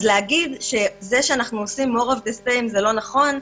לומר שאנחנו עושים אותו דבר, זה לא נכון.